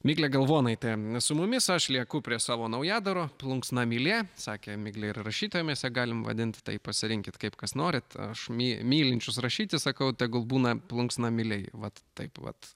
miglė galvonaitė su mumis aš lieku prie savo naujadaro plunksnamylė sakė miglė ir rašytoja mes ją galim vadint tai pasirinkit kaip kas norit aš my mylinčius rašyti sakau tegul būna plunksnamyliai vat taip vat